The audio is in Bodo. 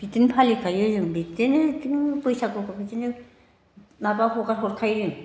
बिदिनो फालिखायो जों बिब्दिनो बैसागुखौ बिदिनो माबा हगार हरखायो जों